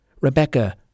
Rebecca